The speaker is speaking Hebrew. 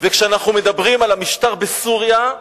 כשאנחנו מדברים על המשטר בסוריה,